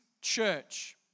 church